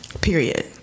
period